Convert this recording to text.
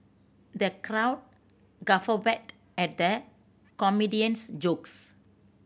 the crowd guffawed at the comedian's jokes